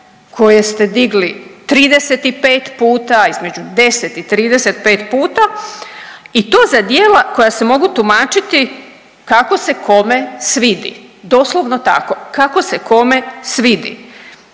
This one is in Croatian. koje ste digli 35 puta između 10 i 35 puta i to za djela koja se mogu tumačiti kako se kome svidi. Doslovno tako, kako se kome svidi.